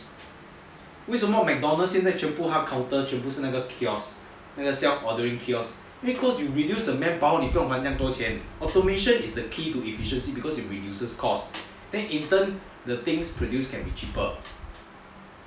为什么 mcdonald's 现在全部 counter 都是那个 kiosks 那个 self ordering kiosks 因为 cost will reduce the manpower 你不用换这样多钱 automation is the key to efficiency because it reduces cost then in turn the things produced can be cheaper